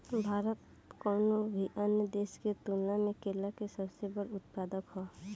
भारत कउनों भी अन्य देश के तुलना में केला के सबसे बड़ उत्पादक ह